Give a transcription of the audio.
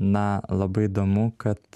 na labai įdomu kad